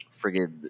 friggin